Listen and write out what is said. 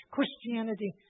Christianity